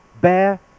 Bear